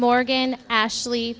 morgan ashley